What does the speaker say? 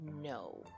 no